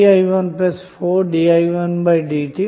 comimage 5